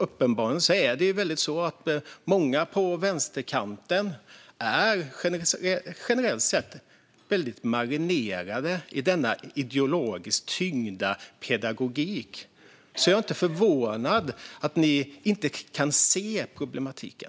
Uppenbarligen är många på vänsterkanten generellt sett väldigt marinerade i denna ideologiskt tyngda pedagogik. Så jag är inte förvånad över att ni inte kan se problematiken.